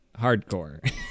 Hardcore